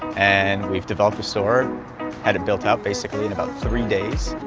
and we've developed a store had it built out basically in about three days.